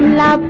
la